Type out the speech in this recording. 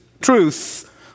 Truth